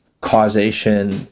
causation